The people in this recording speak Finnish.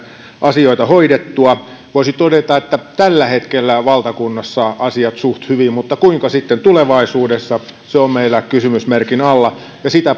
asioita hoidettua voisi todeta että tällä hetkellä ovat valtakunnassa asiat suht hyvin mutta kuinka sitten tulevaisuudessa se on meillä kysymysmerkin alla sitä